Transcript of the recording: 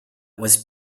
was